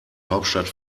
hauptstadt